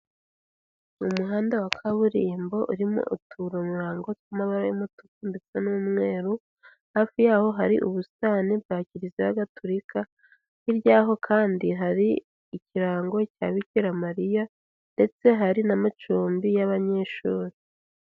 Umuhanda wa kaburimbo, urimo utumurango tw'amabara y'umutuku, ndetse n'umweru, hafi yaho hari ubusitani bwa kiliziya gatolika. Hiya yaho kandi, hari ikirango cya bikira Mariya. Ndetse hari n'amacumbi y'abanyeshuri.